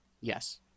Yes